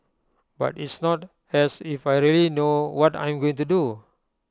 but it's not as if I really know what I'm going to do